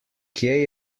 kje